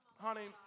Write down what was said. honey